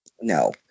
No